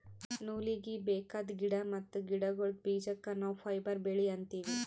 ನೂಲೀಗಿ ಬೇಕಾದ್ ಗಿಡಾ ಮತ್ತ್ ಗಿಡಗೋಳ್ದ ಬೀಜಕ್ಕ ನಾವ್ ಫೈಬರ್ ಬೆಳಿ ಅಂತೀವಿ